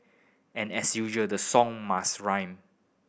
and as usual the song must rhyme